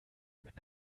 wenn